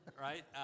right